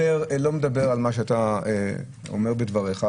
--- לא מדבר על מה אתה אומר בדבריך,